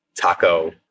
taco